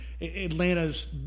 Atlanta's